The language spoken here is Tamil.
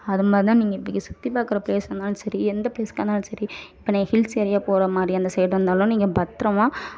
அதை மாதிரி தான் நீங்கள் இப்படிக்கு சுற்றி பார்க்கிற ப்ளேஸ்கானாலும் சரி எந்த ப்ளேஸ்கானாலும் சரி இப்போ நீங்கள் ஹில்ஸ் ஏரியா போகிற மாதிரி அந்த சைடாகருந்தாலும் நீங்கள் பத்திரமா